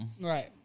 Right